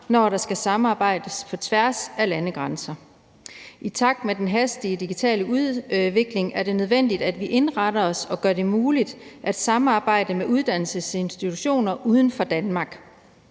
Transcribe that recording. når der skal samarbejdes på tværs af landegrænser. I takt med den hastige digitale udvikling er det nødvendigt, at vi indretter os og gør det muligt at samarbejde med uddannelsesinstitutioner uden for Danmark.